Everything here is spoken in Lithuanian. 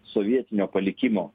sovietinio palikimo